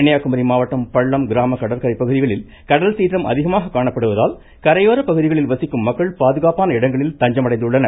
கன்னியாகுமரி மாவட்டம் பள்ளம் கிராம கடற்கரை பகுதிகளில் கடல் சீற்றம் அதிகமாக காணப்படுவதால் கரையோர பகுதிகளில் வசிக்கும் மக்கள் பாதுகாப்பான இடங்களில் தஞ்சமடைந்துள்ளனர்